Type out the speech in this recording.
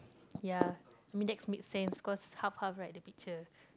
ya I mean that's make sense cause half half right the picture